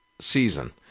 season